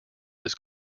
his